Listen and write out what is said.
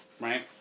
Right